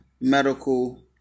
medical